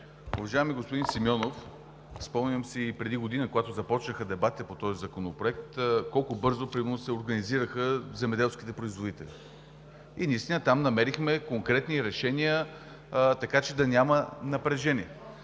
Уважаеми господин Симеонов, спомням си преди година, когато започнаха дебатите по този законопроект, колко бързо примерно се организираха земеделските производители. И наистина там намерихме конкретни решения, така че да няма напрежение.